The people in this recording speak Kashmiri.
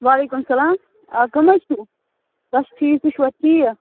وعلیکُم السَلام آ کٕم حظ چھُو بَس ٹھیٖک تُہۍ چھُوا ٹھیٖک